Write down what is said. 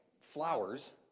flowers